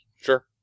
Sure